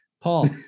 Paul